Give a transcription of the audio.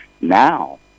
now